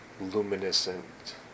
luminescent